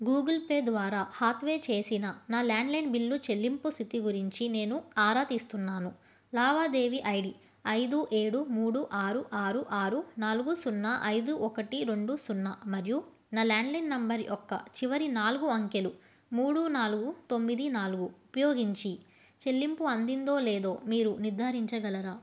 Google Pay ద్వారా హాత్వే చేసిన నా ల్యాండ్లైన్ బిల్లు చెల్లింపు స్థితి గురించి నేను ఆరా తీస్తున్నాను లావాదేవీ ఐ డీ ఐదు ఏడు మూడు ఆరు ఆరు ఆరు నాలుగు సున్నా ఐదు ఒకటి రెండు సున్నా మరియు నా ల్యాండ్లైన్ నెంబర్ యొక్క చివరి నాలుగు అంకెలు మూడు నాలుగు తొమ్మిది నాలుగు ఉపయోగించి చెల్లింపు అందిందో లేదో మీరు నిర్ధారించగలరా